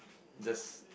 the